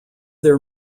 their